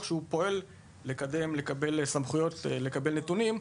שהוא פועל כדי לקבל סמכויות לקבלת נתונים,